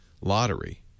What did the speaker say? lottery